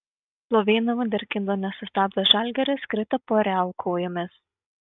slovėnų vunderkindo nesustabdęs žalgiris krito po real kojomis